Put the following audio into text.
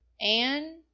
Anne